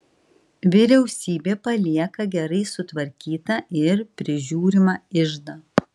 vyriausybė palieka gerai sutvarkytą ir prižiūrimą iždą